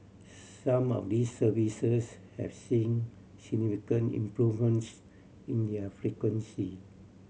some of these services have seen significant improvements in their frequency